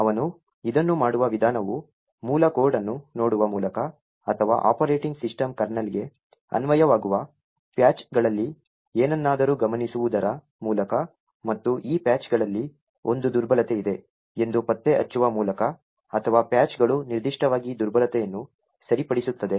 ಅವನು ಇದನ್ನು ಮಾಡುವ ವಿಧಾನವು ಮೂಲ ಕೋಡ್ ಅನ್ನು ನೋಡುವ ಮೂಲಕ ಅಥವಾ ಆಪರೇಟಿಂಗ್ ಸಿಸ್ಟಮ್ ಕರ್ನಲ್ಗೆ ಅನ್ವಯವಾಗುವ ಪ್ಯಾಚ್ಗಳಲ್ಲಿ ಏನನ್ನಾದರೂ ಗಮನಿಸುವುದರ ಮೂಲಕ ಮತ್ತು ಈ ಪ್ಯಾಚ್ಗಳಲ್ಲಿ ಒಂದು ದುರ್ಬಲತೆ ಇದೆ ಎಂದು ಪತ್ತೆಹಚ್ಚುವ ಮೂಲಕ ಅಥವಾ ಪ್ಯಾಚ್ಗಳು ನಿರ್ದಿಷ್ಟವಾಗಿ ದುರ್ಬಲತೆಯನ್ನು ಸರಿಪಡಿಸುತ್ತದೆ